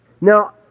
Now